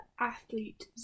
athlete